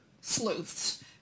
sleuths